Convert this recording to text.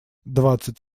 двадцать